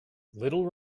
little